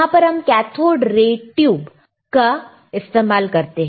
यहां पर हम कैथोड राय ट्यूब का इस्तेमाल करते हैं